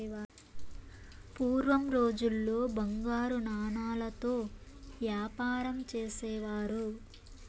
పూర్వం రోజుల్లో బంగారు నాణాలతో యాపారం చేసేవారు